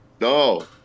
No